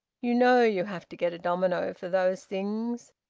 you know you have to get a domino for those things.